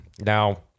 now